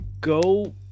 go –